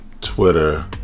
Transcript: Twitter